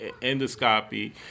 endoscopy